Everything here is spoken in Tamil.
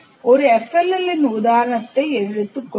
ஒரு FLL இன் உதாரணத்தை எடுத்துக் கொள்வோம்